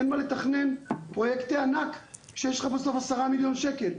אין מה לתכנן פרוייקטי ענק כשיש לך עשרה מיליון שקל.